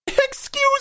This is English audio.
Excuse